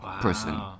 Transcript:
person